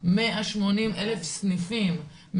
180,000 סניפים,